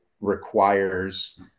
requires